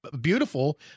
beautiful